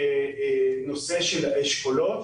בנושא האשכולות.